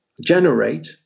generate